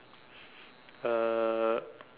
uh